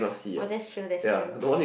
oh that's true that's true